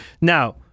Now